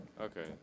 Okay